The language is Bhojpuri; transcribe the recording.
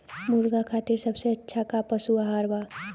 मुर्गा खातिर सबसे अच्छा का पशु आहार बा?